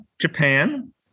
Japan